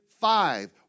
five